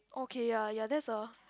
okay ya ya that's a